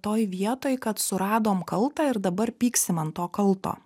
toj vietoj kad suradom kaltą ir dabar pyksim an to kalto